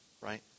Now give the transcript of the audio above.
Right